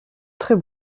très